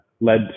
led